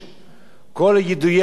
כל יידויי האבנים,